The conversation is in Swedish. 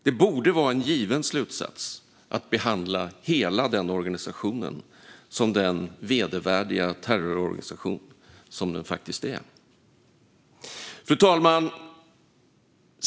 Det borde vara en given slutsats att behandla hela den organisationen som den vedervärdiga terrororganisation den faktiskt är. Fru talman!